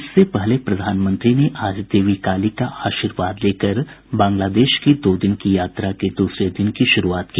इससे पहले प्रधानमंत्री ने आज देवी काली का आशीर्वाद लेकर बांग्लादेश की दो दिन की यात्रा के दूसरे दिन की शुरुआत की